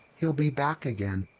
he'll be back again.